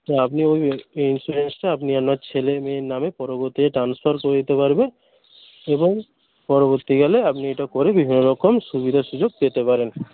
তো আপনি ওই ইন্স্যুরেন্সটা আপনি আপনার ছেলেমেয়ের নামে পরবর্তীকালে ট্রান্সফার করে দিতে পারবেন এবং পরবর্তীকালে আপনি এটা করে বিভিন্ন রকম সুবিধা সুযোগ পেতে পারেন